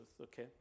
okay